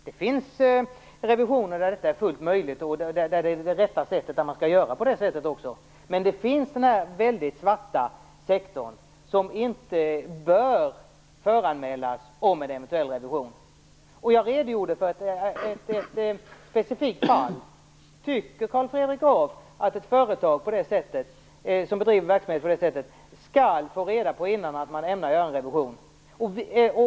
Det finns revisionsfall där detta är fullt möjligt och där det är rätta sättet att agera, men det finns en svart sektor där en eventuell revision inte bör föranmälas. Jag redogjorde för ett specifikt fall. Tycker Carl Fredrik Graf att ett företag som bedriver verksamhet på det sättet skall i förväg få reda på att man ämnar göra en revision?